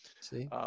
see